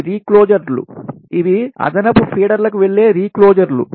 ఇవి రీక్లోజర్లు ఇవి అదనపు ఫీడర్లకు వెళ్లే రీక్లోజర్లు